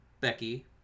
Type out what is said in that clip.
becky